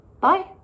Bye